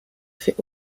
fait